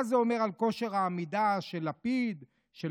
מה זה אומר על כושר העמידה של לפיד ובנט?